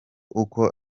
uko